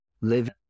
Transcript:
live